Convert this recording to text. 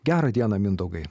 gera diena mindaugai